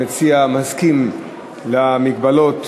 המציע מסכים למגבלות,